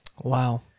Wow